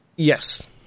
Yes